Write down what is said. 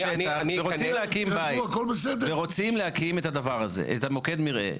הקציתי שטח ורוצים להקים בית ורוצים להקים את מוקד המרעה.